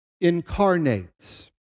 incarnates